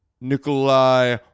Nikolai